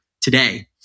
today